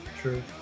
true